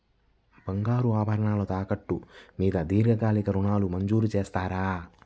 బంగారు ఆభరణాలు తాకట్టు మీద దీర్ఘకాలిక ఋణాలు మంజూరు చేస్తారా?